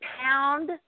pound